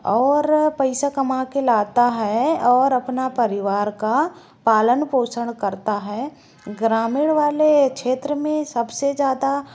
और पैसा कमा कर लाता है और अपना परिवार का पालन पोषण करता है ग्रामीण वाले क्षेत्र में सबसे ज़्यादा